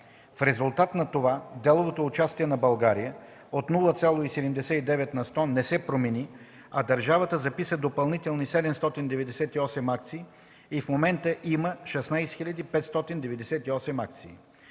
В резултат на това дяловото участие на България от 0,79 на сто не се промени, а държавата записа допълнителни 798 акции и в момента има 16 598 акции.